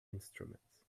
instruments